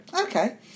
Okay